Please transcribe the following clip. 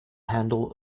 handle